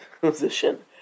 position